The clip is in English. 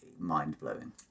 mind-blowing